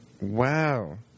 Wow